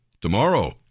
tomorrow